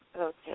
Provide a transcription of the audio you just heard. Okay